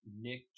Nick